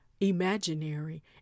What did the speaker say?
imaginary